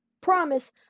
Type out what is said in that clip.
promise